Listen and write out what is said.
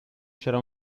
c’era